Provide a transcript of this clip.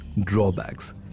drawbacks